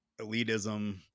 elitism